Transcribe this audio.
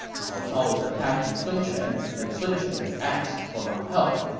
cao cao is attacking sun quan, and sun quan has asked for my help.